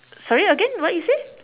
sorry again what you say